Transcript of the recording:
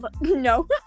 No